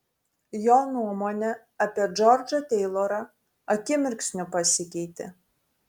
jo nuomonė apie džordžą teilorą akimirksniu pasikeitė